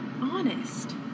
Honest